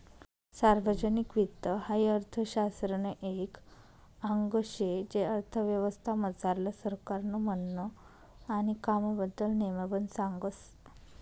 सार्वजनिक वित्त हाई अर्थशास्त्रनं एक आंग शे जे अर्थव्यवस्था मझारलं सरकारनं म्हननं आणि कामबद्दल नेमबन सांगस